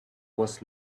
was